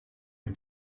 les